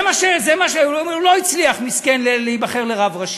זה מה, הוא לא הצליח, מסכן, להיבחר לרב ראשי.